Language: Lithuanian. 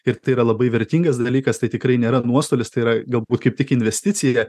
ir tai yra labai vertingas dalykas tai tikrai nėra nuostolis tai yra galbūt kaip tik investicija